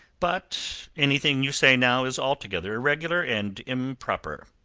but anything you say now is altogether irregular and improper.